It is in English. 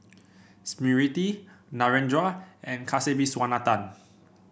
Smriti Narendra and Kasiviswanathan